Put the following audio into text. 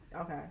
Okay